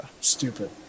Stupid